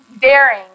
daring